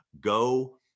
go